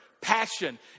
passion